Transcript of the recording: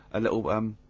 a little um,